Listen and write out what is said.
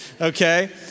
Okay